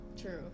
True